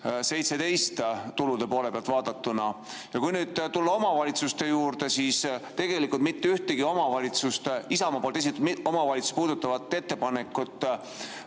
17 tulude poole pealt vaadatuna. Ja kui nüüd tulla omavalitsuste juurde, siis tegelikult mitte ühtegi Isamaa esitatud omavalitsusi puudutavat ettepanekut